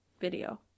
video